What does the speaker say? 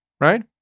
Right